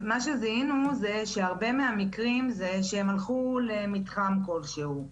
זה שהרבה מהמקרים העובדים הלכו למתחם כלשהו,